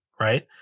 right